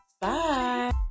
bye